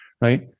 right